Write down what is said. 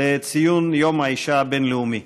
לציון יום האישה הבין-לאומי